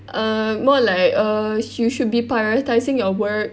err more like err you should be prioritizing your work